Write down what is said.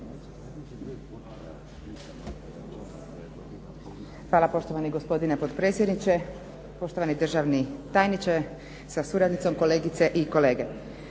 Hvala poštovani gospodine potpredsjedniče, poštovani državni tajniče sa suradnicom, kolegice i kolege.